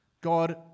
God